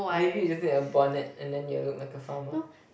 maybe you just need a bonnet and then you look like a farmer